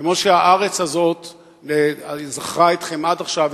כמו שהארץ הזאת זכרה אתכם עד עכשיו,